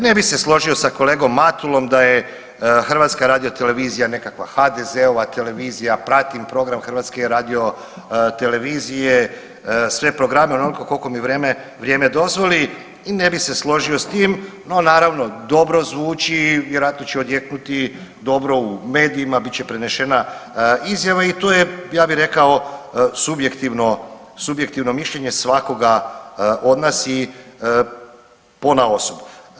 Ne bih se složio sa kolegom Matulom da je HRT nekakva HDZ-ova televizija, pratim programe HRT-a sve programe onoliko koliko mi vrijeme dozvoli i ne bih se složio s tim, no naravno dobro zvuči vjerojatno će odjeknuti dobro u medijima, bit će prenešena izjava i tu je ja bi rekao subjektivno mišljenje svakoga od nas i ponaosob.